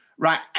Right